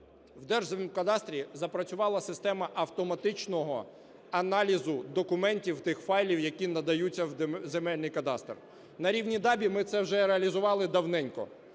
у Держземкадастрі запрацювала система автоматичного аналізу документів тих файлів, які надаються у земельний кадастр. На рівні ДАБІ ми це вже реалізували давненько.